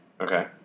Okay